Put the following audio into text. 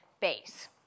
base